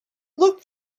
looked